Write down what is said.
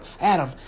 Adam